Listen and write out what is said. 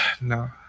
no